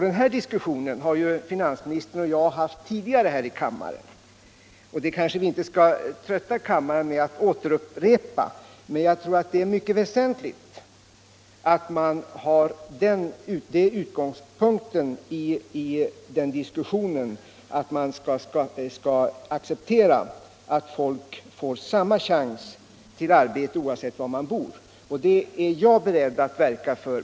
Den diskussionen har ju finansministern och jag fört tidigare här i kammaren, och vi skall kanske inte trötta kammaren med att upprepa den. Men jag tror det är mycket väsentligt att ha den utgångspunkten i diskussionen, att man skall acceptera att människorna får samma chans till arbete oavsett var de bor. Det är jag beredd att verka för.